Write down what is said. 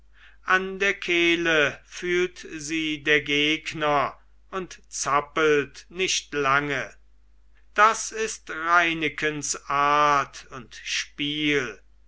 an der kehle fühlt sie der gegner und zappelt nicht lange das ist reinekens art und spiel